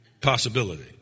Possibility